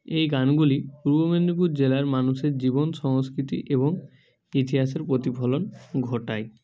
এই গানগুলি পূর্ব মেদিনীপুর জেলার মানুষের জীবন সংস্কৃতি এবং ইতিহাসের প্রতিফলন ঘটায়